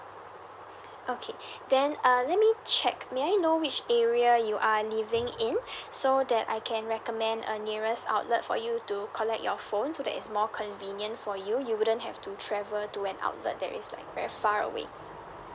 okay then uh let me check may I know which area you are living in so that I can recommend a nearest outlet for you to collect your phone so that is more convenient for you you wouldn't have to travel to an outlet that is like very far away